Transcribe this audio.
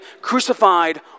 crucified